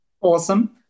Awesome